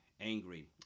angry